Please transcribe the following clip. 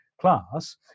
class